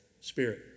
Spirit